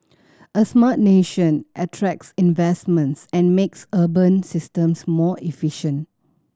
a smart nation attracts investments and makes urban systems more efficient